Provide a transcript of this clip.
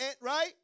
right